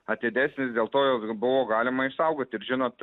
atidesnis dėl to juos buvo galima išsaugoti ir žinot